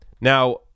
Now